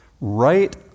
right